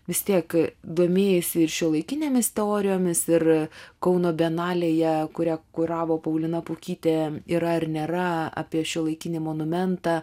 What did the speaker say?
vis tiek domėjeisi ir šiuolaikinėmis teorijomis ir kauno bienalėje kurią kuravo paulina pukytė yra ar nėra apie šiuolaikinį monumentą